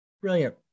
Brilliant